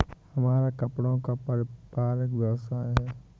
हमारा कपड़ों का पारिवारिक व्यवसाय है